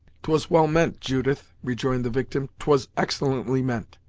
twas well meant, judith rejoined the victim twas excellently meant,